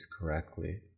correctly